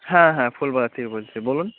হ্যাঁ হ্যাঁ ফুলবলা থেকে বলছি বলুন